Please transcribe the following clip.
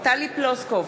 טלי פלוסקוב,